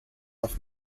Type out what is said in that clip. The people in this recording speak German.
auf